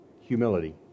Humility